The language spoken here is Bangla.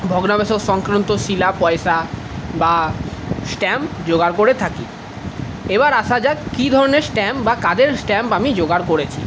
ভগ্নাবশেষ সংক্রান্ত শিলা পয়সা বা স্ট্যাম্প যোগার করে থাকি এবার আসা যাক কি ধরনের স্ট্যাম্প বা কাদের স্ট্যাম্প আমি যোগার করেছি